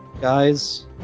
Guys